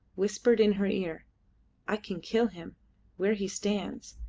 whispered in her ear i can kill him where he stands,